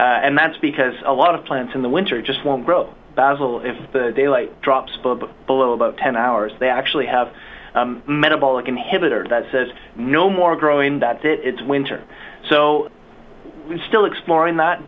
th and that's because a lot of plants in the winter just won't grow basil if they light drops below about ten hours they actually have metabolic inhibitor that says no more growing that it's winter so we still exploring that